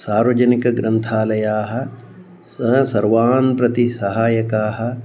सार्वजनिकग्रन्थालयाः सः सर्वान् प्रति सहायकाः